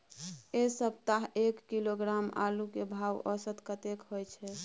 ऐ सप्ताह एक किलोग्राम आलू के भाव औसत कतेक होय छै?